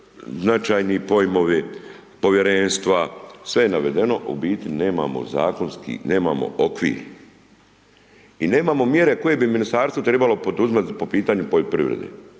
značajni pojmovi, Povjerenstva, sve je navedeno, u biti nemamo zakonski, nemamo okvir. I nemamo mjere koje bi Ministarstvo trebalo poduzimati po pitanju poljoprivrede,